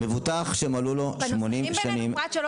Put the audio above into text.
מבוטח שמלאו לו שמונים שנים --- בנוסחים